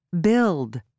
Build